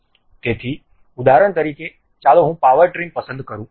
તેથી ઉદાહરણ તરીકે ચાલો હું પાવર ટ્રીમ પસંદ કરું